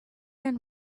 and